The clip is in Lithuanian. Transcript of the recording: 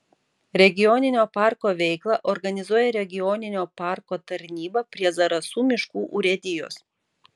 regioninio parko veiklą organizuoja regioninio parko tarnyba prie zarasų miškų urėdijos